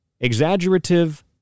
Exaggerative